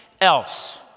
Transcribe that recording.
else